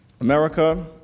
America